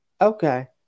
Okay